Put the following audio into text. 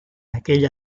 aquell